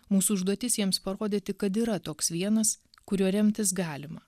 mūsų užduotis jiems parodyti kad yra toks vienas kuriuo remtis galima